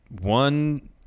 one